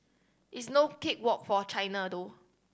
it's no cake walk for China though